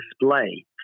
display